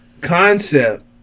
concept